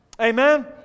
Amen